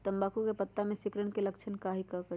तम्बाकू के पत्ता में सिकुड़न के लक्षण हई का करी?